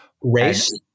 Race